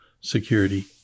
Security